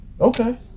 okay